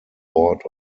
board